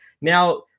Now